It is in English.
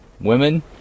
women